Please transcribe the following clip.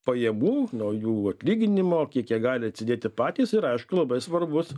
pajamų nuo jų atlyginimo kiek jie gali atsidėti patys ir aišku labai svarbus